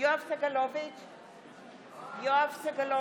ירדת מהדוכן מבחירתך.